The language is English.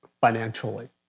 financially